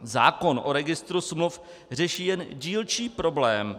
Zákon o registru smluv řeší jen dílčí problém.